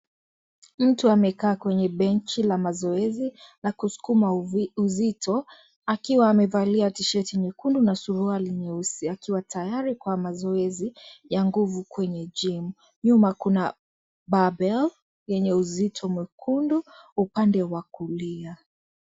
Mtu amekaa kwenye benchi la mazoezi, nakuskuma uvi, uzito, akiwa amevalia tisheti nyekundu na suruari nyeusi, akiwa tayari kwa mazoezi, ya nguvu kwenye jimu, nyuma kuna (cs)barbell(cs), yenye uzito mwekundu, upande wa kulia.